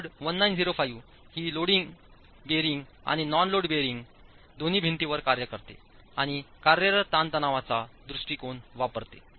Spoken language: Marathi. तर कोड 1905 ही लोडिंग बेयरिंग आणि नॉन लोड बेअरिंग दोन्ही भिंतींवर कार्य करते आणि कार्यरत ताणतणावाचा दृष्टीकोन वापरतो